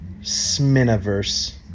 sminiverse